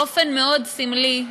באופן מאוד סמלי,